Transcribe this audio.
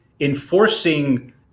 enforcing